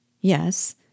Yes